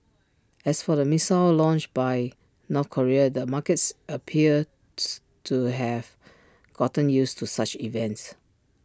as for the missile launch by North Korea the markets appears to have gotten used to such events